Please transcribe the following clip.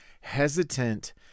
hesitant